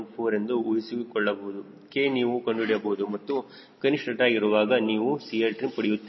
4 ಎಂದು ಊಹಿಸಿಕೊಳ್ಳಬಹುದು K ನೀವು ಕಂಡುಹಿಡಿಯಬಹುದು ಮತ್ತು ಕನಿಷ್ಠ ಡ್ರ್ಯಾಗ್ ಇರುವಾಗ ನೀವು 𝐶Ltrim ಪಡೆಯುತ್ತೀರಿ